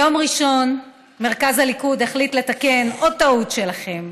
ביום ראשון מרכז הליכוד החליט לתקן עוד טעות שלכם,